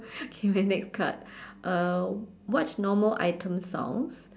okay next card uh what normal item sounds